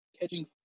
catching